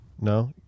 no